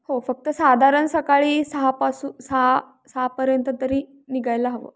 हो फक्त साधारण सकाळी सहापासून सहा सहापर्यंत तरी निघायला हवं